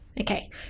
Okay